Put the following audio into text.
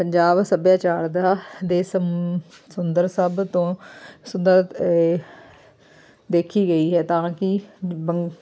ਪੰਜਾਬ ਸੱਭਿਆਚਾਰ ਦਾ ਦੇ ਸਮ ਸੁੰਦਰ ਸਭ ਤੋਂ ਸੁੰਦਰ ਏ ਦੇਖੀ ਗਈ ਹੈ ਤਾਂ ਕਿ ਨਿਬੰਗ